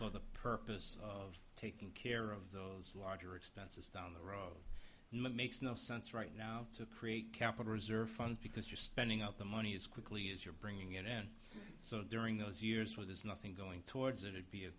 for the purpose of taking care of those larger expenses down the road makes no sense right now to create capital reserve fund because you're spending out the money as quickly as you're bringing it in so during those years where there's nothing going towards it it be